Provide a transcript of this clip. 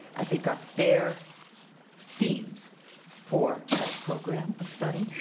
i think are fair themes for that program of study.